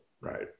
Right